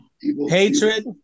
Hatred